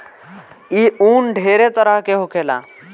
ई उन ढेरे तरह के होखेला